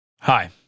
Hi